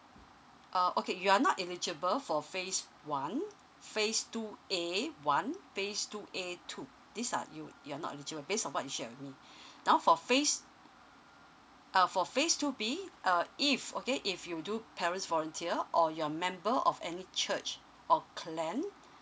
uh okay you are not eligible for phase one phase two A one phase two A two this are you you are not you based on what you've shared with me now for phase uh for phase two B uh if okay if you do parents volunteer or you are member of any church or clan